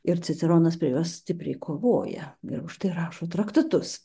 ir ciceronas prie jos stipriai kovoja ir už tai rašo traktatus